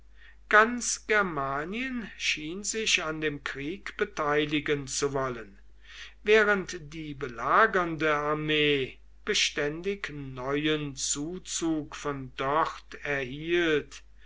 ganz germanien schien sich an dem krieg beteiligen zu wollen während die belagernde armee beständig neuen zuzug von dort erhielt